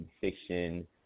fiction